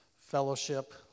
fellowship